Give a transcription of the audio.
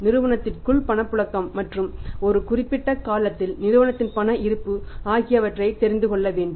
நிறுவனத்திற்குள் பணப்புழக்கம் மற்றும் ஒரு குறிப்பிட்ட காலத்தில் நிறுவனத்தின் பண இருப்பு ஆகியவற்றை தெரிந்து கொள்ள வேண்டும்